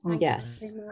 Yes